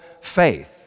faith